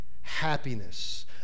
happiness